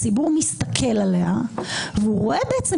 הציבור מסתכל עליה והוא רואה preview